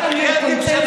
יש כאן קונסנזוס היסטורי.